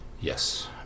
Yes